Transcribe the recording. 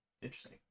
Interesting